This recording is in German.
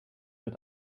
mit